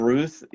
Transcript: Ruth